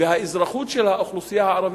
והאזרחות של האוכלוסייה הערבית,